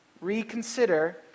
reconsider